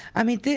i mean,